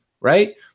right